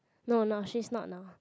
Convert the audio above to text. no not she's not now